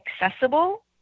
accessible